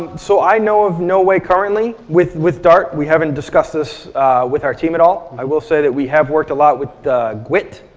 so, i know of no way currently, with with dart. we haven't discussed this with our team at all. i will say that we have worked a lot with gwt,